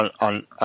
on